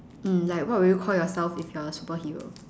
mm like what would you call yourself if you're a superhero